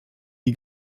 die